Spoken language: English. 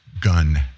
gun